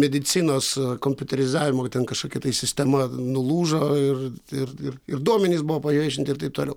medicinos kompiuterizavimo ten kažkokia sistema nulūžo ir ir ir ir duomenys buvo paviešinti ir taip toliau